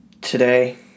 Today